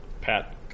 Pat